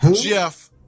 Jeff